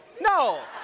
No